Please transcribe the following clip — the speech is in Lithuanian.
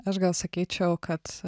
aš gal sakyčiau kad